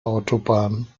autobahn